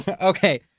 Okay